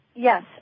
Yes